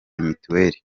mitiweri